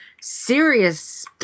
serious